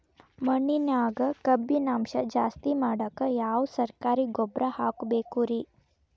ಮಣ್ಣಿನ್ಯಾಗ ಕಬ್ಬಿಣಾಂಶ ಜಾಸ್ತಿ ಮಾಡಾಕ ಯಾವ ಸರಕಾರಿ ಗೊಬ್ಬರ ಹಾಕಬೇಕು ರಿ?